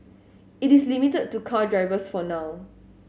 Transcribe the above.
it is limited to car drivers for now